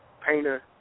painter